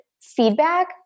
feedback